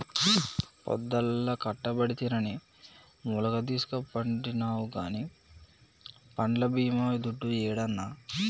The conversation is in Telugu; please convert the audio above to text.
పొద్దల్లా కట్టబడితినని ములగదీస్కపండినావు గానీ పంట్ల బీమా దుడ్డు యేడన్నా